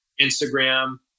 Instagram